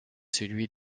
celui